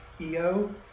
Eo